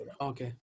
Okay